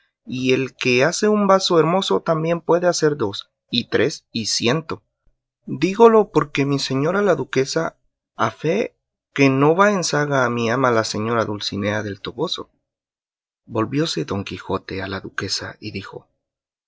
y el que hace un vaso hermoso también puede hacer dos y tres y ciento dígolo porque mi señora la duquesa a fee que no va en zaga a mi ama la señora dulcinea del toboso volvióse don quijote a la duquesa y dijo